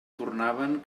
tornaven